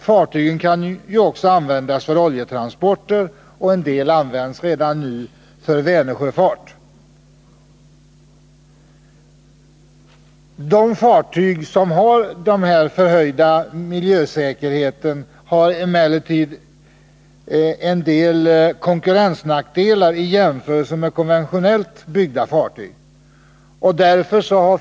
Fartygen kan även användas för oljetransporter, och en del används redan nu för Vänersjöfart. De fartyg med förhöjd miljösäkerhet som i dag används har emellertid vissa konkurrensnackdelar i jämförelse med konventionellt byggda fartyg.